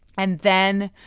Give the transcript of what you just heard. and then,